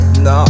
No